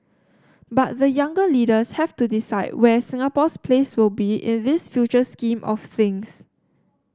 but the younger leaders have to decide where Singapore's place will be in this future scheme of things